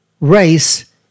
race